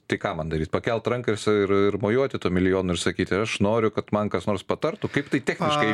tai ką man daryti pakelti ranką ir mojuoti tuo milijonu ir sakyti aš noriu kad man kas nors patartų kaip tai techniškai